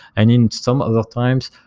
and in some other times,